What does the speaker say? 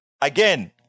Again